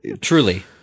Truly